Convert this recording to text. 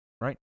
Right